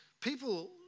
people